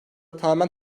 tamamen